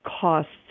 costs